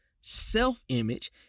self-image